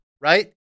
Right